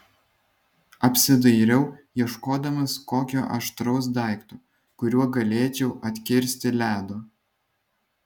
apsidairiau ieškodamas kokio aštraus daikto kuriuo galėčiau atkirsti ledo